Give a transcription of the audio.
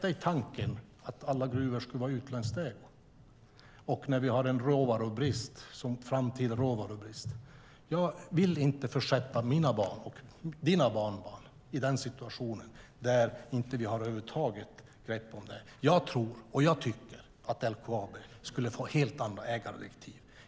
Tänk tanken att alla gruvor skulle vara utländskt ägda när vi har en framtida råvarubrist. Jag vill inte försätta mina och dina barnbarn i den situationen att vi inte över huvud taget har grepp om det här. Jag tycker att LKAB skulle få helt andra ägardirektiv.